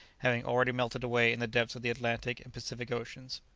having already melted away in the depths of the atlantic and pacific oceans.